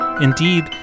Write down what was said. Indeed